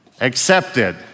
Accepted